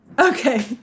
Okay